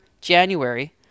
January